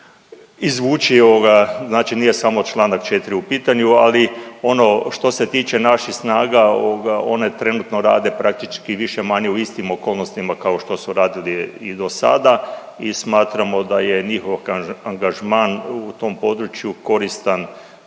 izvući ovoga, znači nije samo čl. 4 u pitanju, ali ono što se tiče naših snaga, one trenutno rade praktički više-manje u istim okolnostima kao što su radile i do sada i smatramo da je njihov angažman u tom području koristan